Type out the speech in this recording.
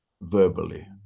verbally